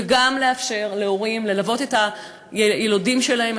וגם לאפשר להורים ללוות את היילודים שלהם,